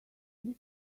this